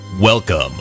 welcome